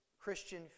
Christian